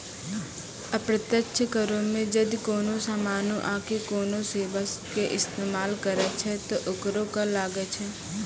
अप्रत्यक्ष करो मे जदि कोनो समानो आकि कोनो सेबा के इस्तेमाल करै छै त ओकरो कर लागै छै